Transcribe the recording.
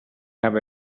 have